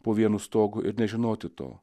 po vienu stogu ir nežinoti to